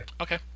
Okay